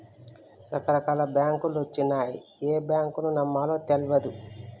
రకరకాల బాంకులొచ్చినయ్, ఏ బాంకును నమ్మాలో తెల్వదు